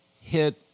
hit